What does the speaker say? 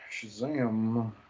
Shazam